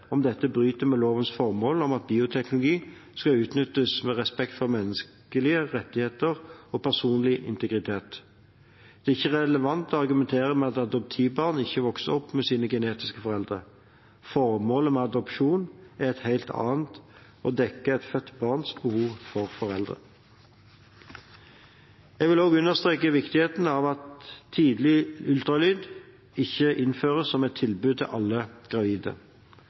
om dette bryter med lovens formål om at bioteknologi skal utnyttes med respekt for menneskelige rettigheter og personlig integritet. Det er ikke relevant å argumentere med at adoptivbarn ikke vokser opp med sine genetiske foreldre. Formålet med adopsjon er et helt annet og dekker et født barns behov for foreldre. Jeg vil også understreke viktigheten av at tidlig ultralyd ikke innføres som et tilbud til alle gravide.